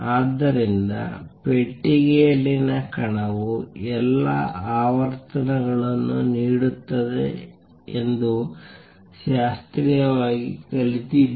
ಆದ್ದರಿಂದ ಪೆಟ್ಟಿಗೆಯಲ್ಲಿನ ಕಣವು ಎಲ್ಲಾ ಆವರ್ತನಗಳನ್ನು ನೀಡುತ್ತದೆ ಎಂದು ಶಾಸ್ತ್ರೀಯವಾಗಿ ಕಲಿತಿದೆ